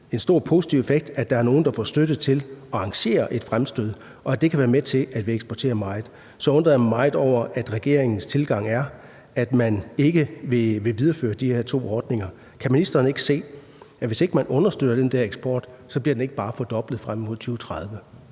en stor og positiv effekt, at der er nogen, der får støtte til at arrangere et fremstød, og at det kan være med til, at vi eksporterer meget, så undrer jeg mig meget over, at regeringens tilgang er, at man ikke vil videreføre de her to ordninger. Kan ministeren ikke se, at hvis ikke man understøtter den eksport, bliver den bare ikke fordoblet frem mod 2030?